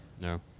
No